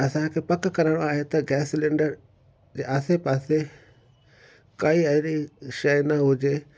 असांखे पकु करणु आहे त गैस सिलेंडर जे आसे पासे काई अहिड़ी शइ न हुजे